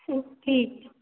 ठीक छै